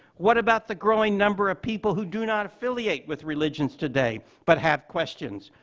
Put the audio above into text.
what about the growing number of people who do not affiliate with religions today but have questions?